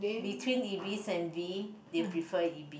between Ibis and V they prefer Ibis